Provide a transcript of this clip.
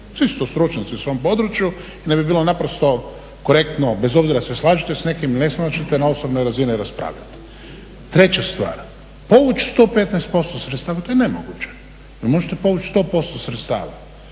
svi su to stručnjaci u svom području i ne bi bilo naprosto korektno, bez obzira da li se slažete s nekim ili ne slažete, na osobnoj razini raspravljati. Treća stvar, povući 115% sredstava, to je nemoguće. Možete povući 100% sredstava.